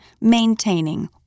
maintaining